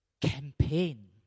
campaign